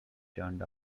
turned